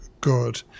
good